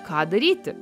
ką daryti